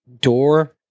door